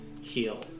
Heal